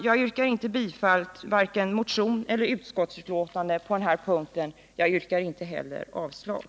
Jag yrkar inte på denna punkt bifall till vare sig motionen eller utskottets hemställan och yrkar inte heller avslag.